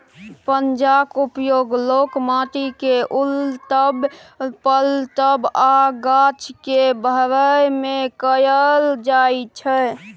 पंजाक उपयोग लोक माटि केँ उलटब, पलटब आ गाछ केँ भरय मे कयल जाइ छै